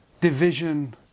division